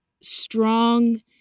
strong